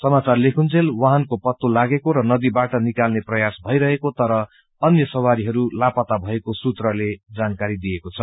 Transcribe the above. सामाचार लेखुजंल वाहनको पत्तो लागेको र नदीबाट निकाल्ने प्रयास भई रहेको तर अन्य सवारीहय लापता भएको सुत्रले जनाएको छ